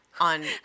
on